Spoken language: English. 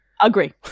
Agree